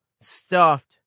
stuffed